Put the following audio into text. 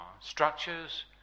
structures